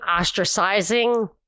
ostracizing